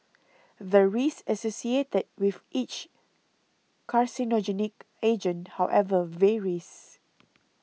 the risk associated with each carcinogenic agent however varies